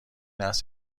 است